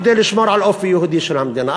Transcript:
כדי לשמור על האופי היהודי של המדינה.